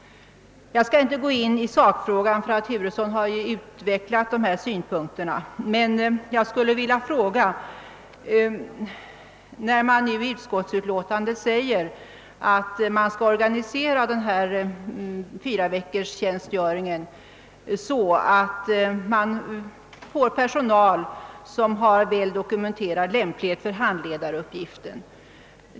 Jag skall dock inte gå in på sakfrågan, eftersom herr Turesson har utvecklat våra synpunkter. Utskottsmajoriteten förklarar att denna fyraveckorstjänstgöring skall organiseras så att man får personal med väl dokumenterad lämplighet för handledaruppgiften.